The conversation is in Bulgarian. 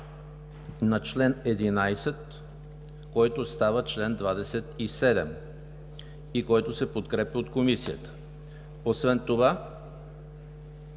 на чл. 11, който става чл. 27, който се подкрепя от Комисията, освен това